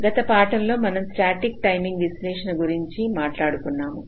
గత పాఠంలో మనం స్టాటిక్ టైమింగ్ విశ్లేషణ గురించి మాట్లాడుకున్నాము